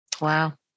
Wow